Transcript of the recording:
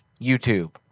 YouTube